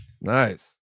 Nice